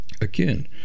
Again